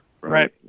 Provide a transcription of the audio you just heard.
Right